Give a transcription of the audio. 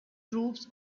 troops